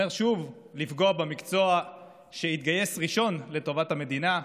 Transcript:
שוב לפגוע במקצוע שהתגייס ראשון לטובת המדינה,